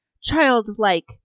childlike